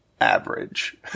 average